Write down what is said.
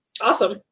Awesome